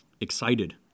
excited